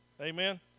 Amen